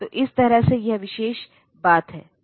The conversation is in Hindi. तो इस तरह से यह विशेष बात है